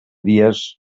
dies